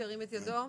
שירים את ידו.